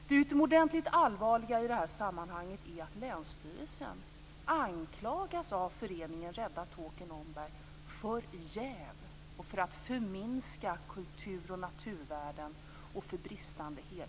Det utomordentligt allvarliga i det här sammanhanget är att länsstyrelsen av föreningen Rädda Tåkern/Omberg anklagas för jäv, för att förminska kultur och naturvärden och för bristande helhetssyn.